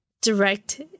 direct